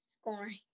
Scoring